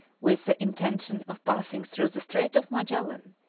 with the intention of passing through the strait of magellan,